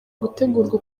gutegurwa